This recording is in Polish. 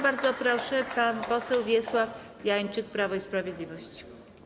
Bardzo proszę, pan poseł Wiesław Janczyk, Prawo i Sprawiedliwość.